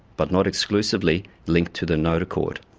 but not exclusively, linked to the notochord.